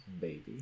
Baby